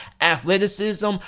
athleticism